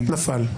נפל.